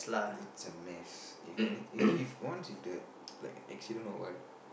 it's a mess if any if if once if a accident or what